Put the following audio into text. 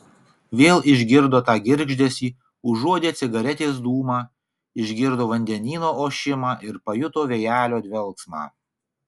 vėl išgirdo tą girgždesį užuodė cigaretės dūmą išgirdo vandenyno ošimą ir pajuto vėjelio dvelksmą